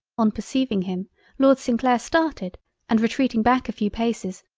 on perceiving him lord st. clair started and retreating back a few paces,